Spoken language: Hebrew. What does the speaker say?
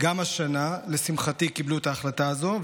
גם השנה לשמחתי קיבלו את ההחלטה הזו,